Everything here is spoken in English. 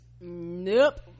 Nope